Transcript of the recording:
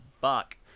Buck